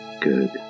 Good